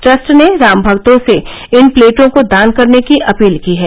trust ने राम भक्तों से इन प्लेटों को दान करने की अपील की है